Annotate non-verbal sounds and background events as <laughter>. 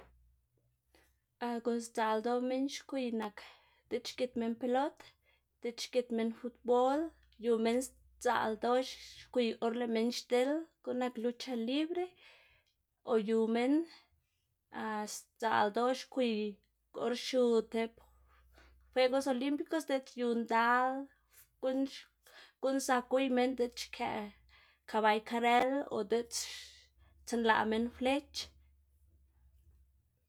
<hesitation> guꞌn sdzaꞌl ldoꞌ minn xgwiy nak diꞌt xgit minn pelot, diꞌt xgit minn futbol, yu minn sdzaꞌl ldoꞌ xgwiy or lëꞌ minn xdil guꞌn nak lucha libre o yu minn <hesitation> sdzaꞌl ldoꞌ xgwiy or xiu tib juegos olímpikos diꞌt yu ndal guꞌn guꞌn zak gwiy minn diꞌt xkëꞌ kabay karrel o diꞌt stsenlaꞌ minn flech.